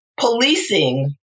policing